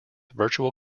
virtual